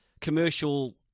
commercial